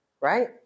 right